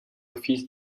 office